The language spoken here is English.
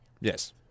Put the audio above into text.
Yes